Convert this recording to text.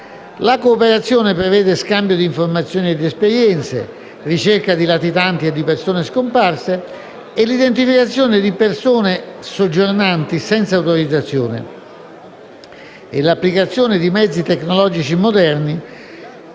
La cooperazione prevede lo scambio di informazioni e di esperienze, la ricerca di latitanti e di persone scomparse, l'identificazione di persone soggiornanti senza autorizzazione e l'applicazione di mezzi tecnologici moderni